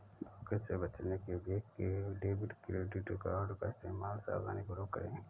धोखे से बचने के लिए डेबिट क्रेडिट कार्ड का इस्तेमाल सावधानीपूर्वक करें